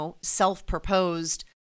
self-proposed